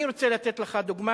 אני רוצה לתת לך דוגמה,